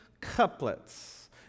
couplets